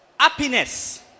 Happiness